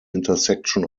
intersection